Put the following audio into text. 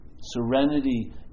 Serenity